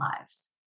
lives